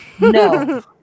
No